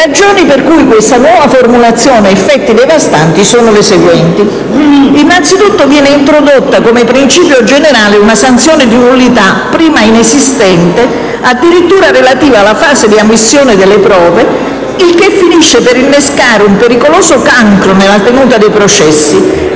ragioni per cui questa nuova formulazione ha effetti devastanti sono le seguenti. Innanzitutto viene introdotta come principio generale una sanzione di nullità prima inesistente, addirittura relativa alla fase di ammissione delle prove, il che finisce per innescare un pericoloso cancro nella tenuta dei processi.